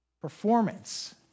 Performance